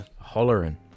Hollering